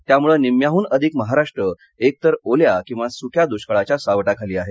त्यामुळे निम्म्याहन अधिक महाराष्ट्र एकतर ओल्या किवा सुक्या दृष्काळाच्या सावटाखाली आहे